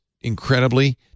incredibly